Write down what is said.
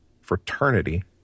fraternity